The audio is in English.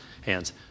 hands